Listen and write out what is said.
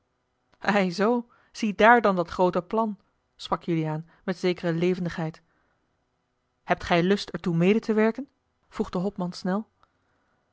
ei zoo ziedaar dan dat groote plan sprak juliaan met zekere levendigheid hebt gij lust er toe mede te werken vroeg de hopman snel